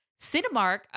Cinemark